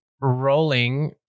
rolling